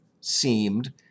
seemed